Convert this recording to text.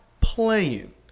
playing